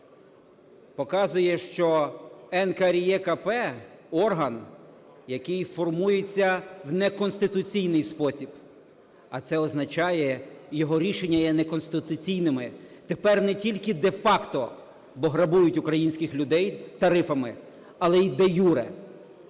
показує, що НКРЕКП – орган, який формується в неконституційний спосіб. А це означає, його рішення є неконституційними, тепер не тільки де-факто, бо грабують українських людей тарифами, але і де-юре.